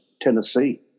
Tennessee